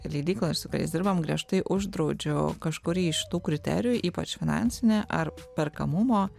leidykloj ir su kuriais dirbam griežtai uždraudžiau kažkurį iš tų kriterijų ypač finansinį ar perkamumo